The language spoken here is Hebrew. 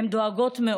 הן דואגות מאוד.